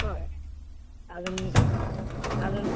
हो अजून अजून